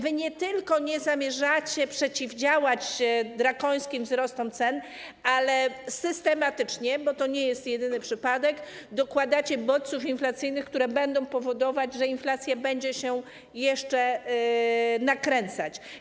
Wy nie tylko nie zamierzacie przeciwdziałać drakońskim wzrostom cen, ale systematycznie, bo to nie jest jedyny przypadek, dokładacie bodźców inflacyjnych, które będą powodować, że inflacja będzie się jeszcze bardziej nakręcać.